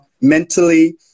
mentally